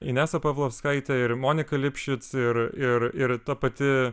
inesa pavlovskaitė ir monika lipšic ir ir ir ta pati